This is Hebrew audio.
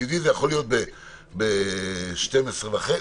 מצידי זה יכול להיות בשתיים-עשרה וחצי,